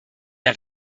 der